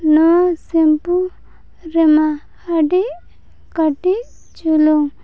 ᱱᱚᱣᱟ ᱥᱮᱢᱯᱷᱩ ᱨᱮᱢᱟ ᱟᱹᱰᱤ ᱠᱟᱹᱴᱤᱡ ᱪᱩᱞᱩᱝ